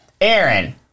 Aaron